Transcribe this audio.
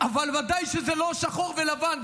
אבל ודאי שזה לא שחור ולבן,